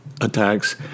attacks